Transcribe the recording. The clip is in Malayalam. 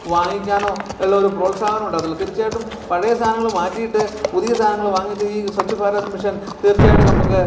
വാങ്ങിക്കാനോ ഉള്ള ഒരു പ്രോൽസാഹനം ഉണ്ടാകത്തുള്ളൂ തീർച്ചയായിട്ടും പഴയ സാധനങ്ങൾ മാറ്റിയിട്ട് പുതിയ സാധനങ്ങൾ വാങ്ങിച്ച് ഈ സ്വച്ഛ് ഭാരത് മിഷൻ തീർച്ചയായിട്ടും നമുക്ക്